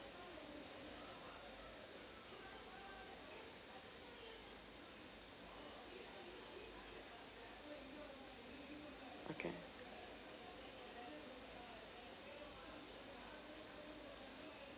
okay